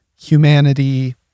humanity